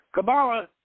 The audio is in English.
Kabbalah